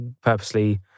purposely